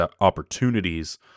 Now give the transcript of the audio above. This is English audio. opportunities